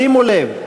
שימו לב,